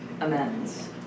amends